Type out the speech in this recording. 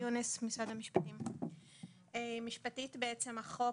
משפטית החוק